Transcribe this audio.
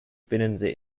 binnensee